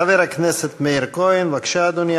חבר הכנסת מאיר כהן, בבקשה, אדוני.